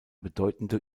bedeutende